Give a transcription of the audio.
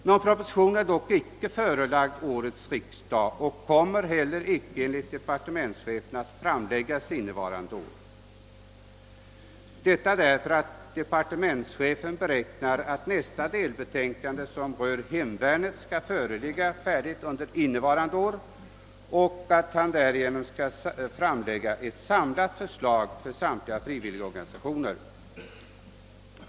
Någon proposition är dock icke förelagd årets riksdag och kommer enligt departementschefen heller icke att framläggas innevarande år, detta därför att departementschefen beräknar att nästa delbetänkande, som rör hemvärnet, skall föreligga färdigt i år och att han därigenom kan framlägga ett samlat förslag till nästa års riksdag för samtliga frivilligorganisationer.